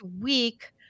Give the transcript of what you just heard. week